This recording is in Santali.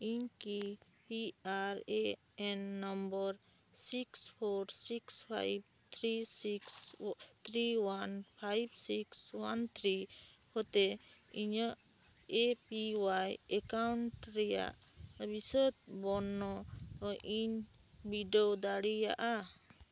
ᱤᱧ ᱠᱤ P R A N number six four six five three six o three one five six one three ᱦᱚᱛᱮ ᱤᱧᱟᱹᱜ ᱮ ᱯᱤ ᱚᱣᱟᱭ ᱮᱠᱟᱣᱩᱱᱴ ᱨᱮᱭᱟᱜ ᱵᱤᱥᱟᱹᱫᱽ ᱵᱚᱨᱱᱚᱱ ᱤᱧ ᱵᱤᱰᱟᱹᱣ ᱫᱟᱲᱮᱭᱟᱜᱼᱟ